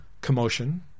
commotion